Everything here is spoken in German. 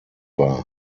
war